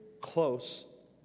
Close